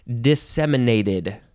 Disseminated